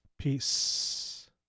Peace